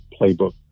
playbook